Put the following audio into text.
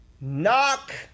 Knock